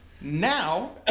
Now